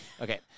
Okay